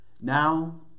Now